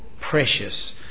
precious